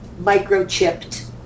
microchipped